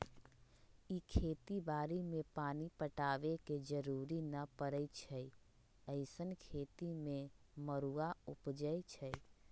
इ खेती बाड़ी में पानी पटाबे के जरूरी न परै छइ अइसँन खेती में मरुआ उपजै छइ